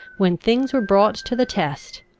when things were brought to the test,